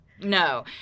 no